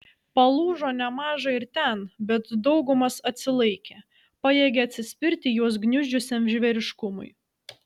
palūžo nemaža ir ten bet daugumas atsilaikė pajėgė atsispirti juos gniuždžiusiam žvėriškumui